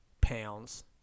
pounds